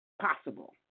possible